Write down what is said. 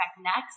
next